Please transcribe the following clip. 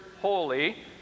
holy